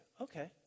okay